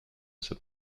sont